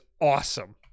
awesome